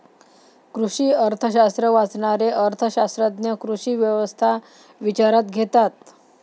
कृषी अर्थशास्त्र वाचणारे अर्थ शास्त्रज्ञ कृषी व्यवस्था विचारात घेतात